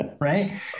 Right